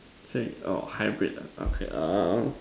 say or hybrid ah okay err